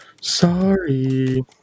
sorry